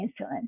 insulin